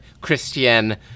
christian